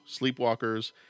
Sleepwalkers